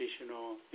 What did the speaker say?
additional